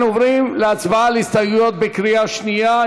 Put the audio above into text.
אנחנו עוברים להצבעה על הסתייגויות בקריאה שנייה.